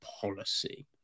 policy